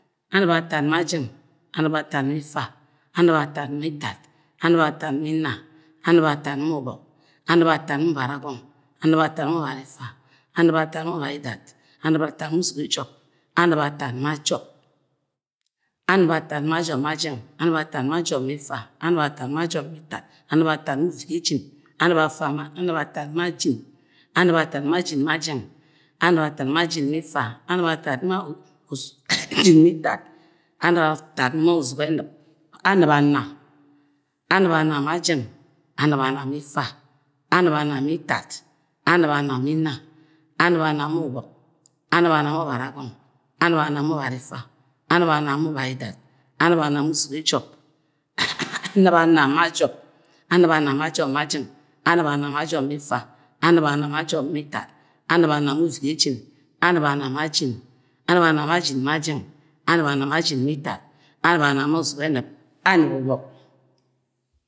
Anɨp atat ma jang. amɨp atat ma ifa. anɨp atat ma itat. anɨp atat ma inna. antɨp atat ma ubo̱k. antɨp atat ma ubara go̱ng. antɨp atat ma ubem ifa. anɨp atar ma ubani idat. antɨp atat ma uzuge job. antɨp atat ma job, anɨp atat ma jo̱b ma jang. anɨp atat ma jọb ma ifa. anɨp atat ma jo̱b ma itat. anɨp atat ma uzuge jin anɨp atat-anɨp afa ma jin anɨp atat ma jin ma jang anɨp atat ma jin ma ifa, anɨp at ma us. anɨp atat ma uzuge enɨp anɨp anna. anɨp anna m a jang, anɨp anna ma ifa, anɨp anna ma itat, anɨp anna ma Imma anɨp anna ma ubọk antɨp anna ma borra gọng. anɨp anna ma ubari ifa, anɨp amma ma ubarri idat, anɨp anma na uzuge jọb anɨp anna ma jo̱b. anɨp anna ma jang. antɨp anna ma jọb ma ifa. anɨp anna ma job ma itat anɨp anna. ma uzuge jin anɨp anna ma jin, anɨp anna ma bin ma jang anɨp anna ma jin ma itat. anɨp anna ma uzuge enɨp, entɨp ubọk.